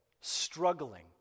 struggling